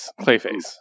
Clayface